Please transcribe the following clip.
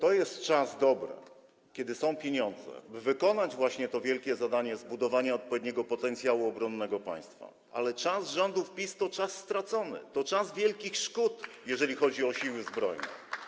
To jest czas dobry, kiedy są pieniądze, by wykonać właśnie to wielkie zadanie zbudowania odpowiedniego potencjału obronnego państwa, ale czas rządów PiS to czas stracony, to czas wielkich szkód, jeżeli chodzi o Siły Zbrojne.